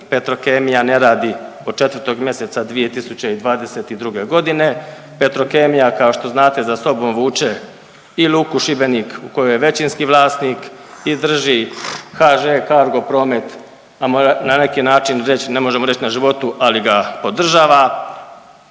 Petrokemija ne radi od 4. mjeseca 2022.g., Petrokemija kao što znate za sobom vuče i Luku Šibenik u kojoj je većinski vlasnik i drži HŽ-Cargo promet, a mora na neki način reć, ne možemo reć na životu, ali ga održava,